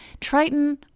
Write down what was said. Triton